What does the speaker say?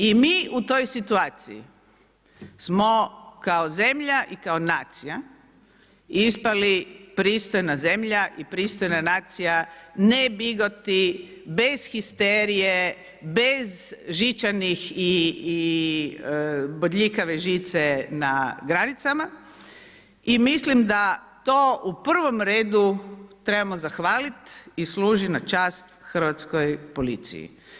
I mi u toj situaciji smo kao zemlja i kao nacija ispali pristojna zemlja i pristojna nacija ne bigoti, bez histerije, bez žičanih i bodljikave žice na granicama i mislim da to u prvom redu trebamo zahvaliti i služi na čast hrvatskoj policiji.